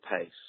pace